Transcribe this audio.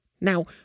Now